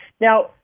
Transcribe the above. Now